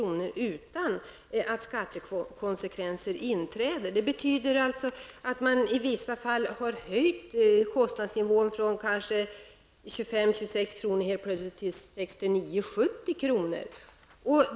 utöver detta utan att skattekonsekvenser inträder. Det betyder att man i vissa fall har höjt kostnadsnivån från 25--26 kr. till 69--70 kr.